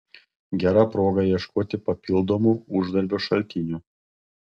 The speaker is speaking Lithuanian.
gera proga ieškoti papildomų uždarbio šaltinių